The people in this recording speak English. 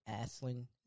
Aslan